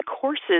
courses